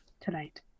tonight